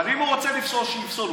אבל אם הוא רוצה לפסול, שיפסול.